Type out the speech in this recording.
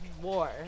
war